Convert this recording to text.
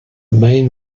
main